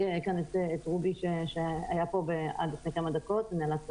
כאן את רובי שהיה פה עד לפני כמה דקות ונאלץ לצאת.